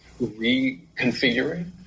reconfiguring